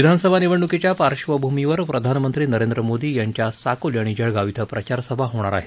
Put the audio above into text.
विधानसभा निवडणूकीच्या पार्श्वभूमीवर प्रधानमंत्री नरेंद्र मोदी यांच्या साकोली आणि जळगाव श्वं प्रचारसभा होणार आहेत